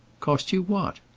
cost you what?